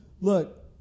Look